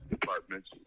departments